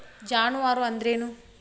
ಜಾನುವಾರು ಅಂದ್ರೇನು?